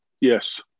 Yes